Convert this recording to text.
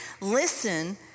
Listen